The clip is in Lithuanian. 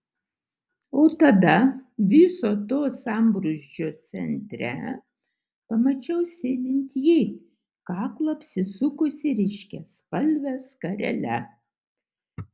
o tada viso to sambrūzdžio centre pamačiau sėdint jį kaklą apsisukusį ryškiaspalve skarele